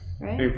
right